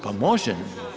Pa može.